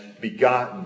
begotten